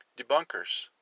debunkers